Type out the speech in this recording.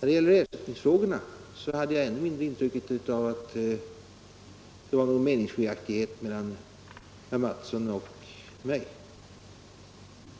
det gäller ersättningsfrågorna hade jag ännu mindre något intryck av att det fanns några meningsskiljaktigheter mellan herr Mattsson och mig.